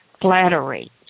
Flattery